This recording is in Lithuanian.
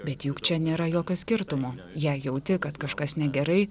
bet juk čia nėra jokio skirtumo jei jauti kad kažkas negerai